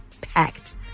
packed